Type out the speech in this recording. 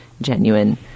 genuine